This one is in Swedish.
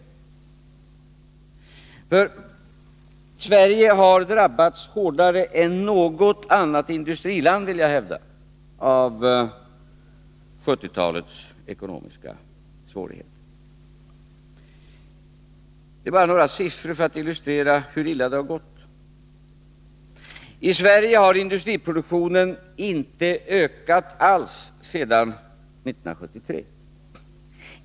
Jag vill hävda att Sverige har drabbats hårdare än något annat industriland av 1970-talets ekonomiska svårigheter. Jag tar bara några siffror för att illustrera hur illa det har gått. I Sverige har industriproduktionen inte ökat alls sedan 1973.